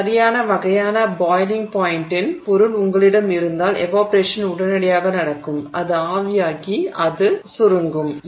சரியான வகையான பாய்லிங் பாய்ண்ட்டின் பொருள் உங்களிடம் இருந்தால் எவாப்பொரேஷன் உடனடியாக நடக்கும் அது ஆவியாகி அது சுருங்கும் ஒடுங்கும்